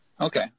Okay